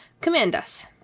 command us.